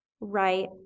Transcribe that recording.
Right